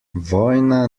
vojna